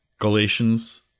Galatians